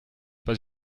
pas